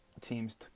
teams